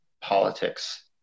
politics